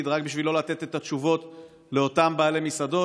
רק בשביל לא לתת את התשובות לאותם בעלי מסעדות.